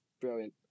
brilliant